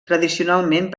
tradicionalment